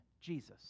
Jesus